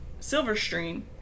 Silverstream